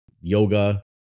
yoga